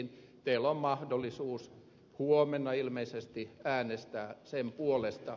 teillä on mahdollisuus huomenna ilmeisesti äänestää sen puolesta